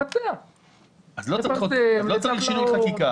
אם כן, לא צריך תיקוני חקיקה.